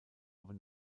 aber